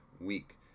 week